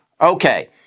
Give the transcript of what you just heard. Okay